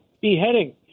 beheading